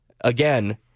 again